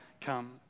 come